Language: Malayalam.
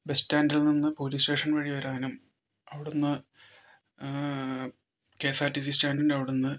ബസ് സ്റ്റാൻഡിൽ നിന്ന് പോലീസ് സ്റ്റേഷൻ വഴി വരാനും അവിടുന്ന് K S R T C സ്റ്റാൻൻ്റിൻ്റെ അവിടുന്ന്